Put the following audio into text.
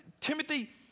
Timothy